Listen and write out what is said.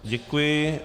Děkuji.